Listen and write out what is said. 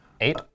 Eight